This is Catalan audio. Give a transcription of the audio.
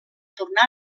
tornar